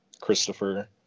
Christopher